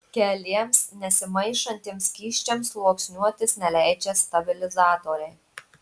keliems nesimaišantiems skysčiams sluoksniuotis neleidžia stabilizatoriai